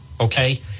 okay